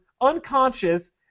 unconscious